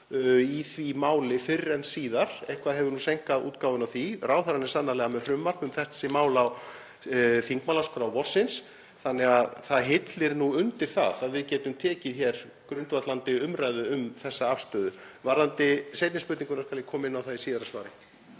í því máli fyrr en síðar en eitthvað hefur nú seinkað útgáfunni á því. Ráðherrann er sannarlega með frumvarp um þessi mál á þingmálaskrá vorsins þannig að það hillir nú undir að við getum tekið hér grundvallandi umræðu um þessa afstöðu. Varðandi seinni spurninguna þá skal ég koma inn á það í síðara svari.